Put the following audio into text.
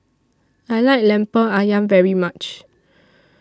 I like Lemper Ayam very much